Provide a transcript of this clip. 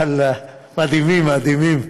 ואללה, מדהימים, מדהימים.